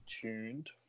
tuned